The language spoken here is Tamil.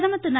பிரதமர் திரு